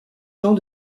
gens